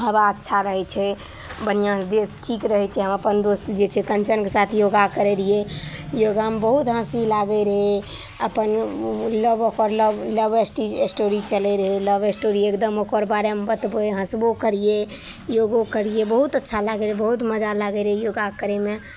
हवा अच्छा रहै छै बढ़िआँसे देह ठीक रहै छै हम अपन दोस्त जे छै कञ्चनसे साथ योगा करै रहिए योगामे बहुत हँसी लागै रहै अपन लव ओकर लव लवएस्टोरी चलै रहै लवएस्टोरी एगदम ओकर बारेमे बतबै हँसबो करिए योगो करिए बहुत अच्छा लागै रहै बहुत मजा लागै रहै योगा करैमे